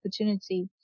opportunity